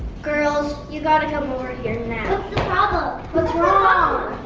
girls, you gotta come over here now. what's the problem? what's wrong?